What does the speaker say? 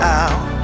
out